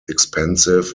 expensive